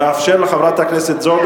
חברת הכנסת אנסטסיה,